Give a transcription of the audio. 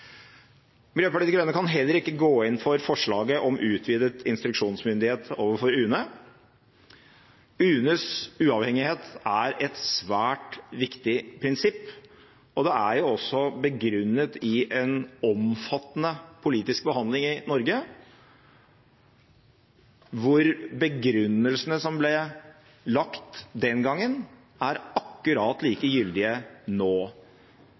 Miljøpartiet De Grønne kan heller ikke gå inn for forslaget om utvidet instruksjonsmyndighet overfor UNE. UNEs uavhengighet er et svært viktig prinsipp, og det er også begrunnet i en omfattende politisk behandling i Norge, hvor begrunnelsene som ble lagt den gangen, er akkurat like gyldige nå.